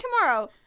tomorrow